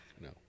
No